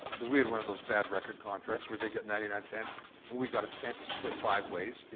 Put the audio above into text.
because we had one of those bad record contracts where they get ninety nine cents and we got a cent to split five ways, yeah